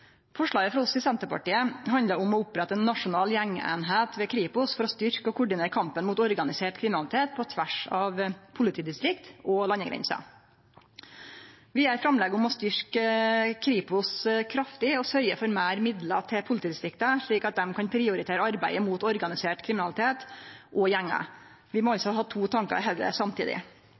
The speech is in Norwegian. Senterpartiet handlar om å opprette ei nasjonal gjengeining ved Kripos for å styrkje og koordinere kampen mot organisert kriminalitet på tvers av politidistrikt og landegrenser. Vi gjer framlegg om å styrkje Kripos kraftig og å sørgje for meir midlar til politidistrikta, slik at dei kan prioritere arbeidet mot organisert kriminalitet og gjengar. Vi må altså ha to tankar i hovudet samtidig.